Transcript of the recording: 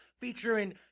featuring